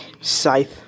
Scythe